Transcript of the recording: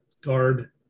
guard